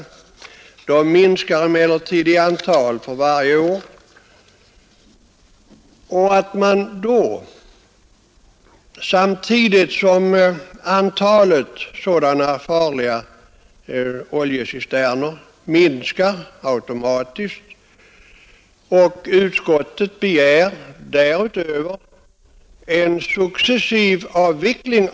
Antalet sådana minskar emellertid för varje år, och utskottet förordar dessutom en successiv utveckling i den riktningen att placering av oljetank under jord inte längre skall förekomma.